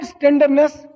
tenderness